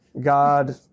God